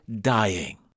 dying